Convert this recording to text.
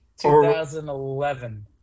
2011